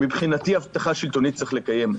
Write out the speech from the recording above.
מבחינתי, הבטחה שלטונית צריך לקיים.